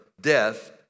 death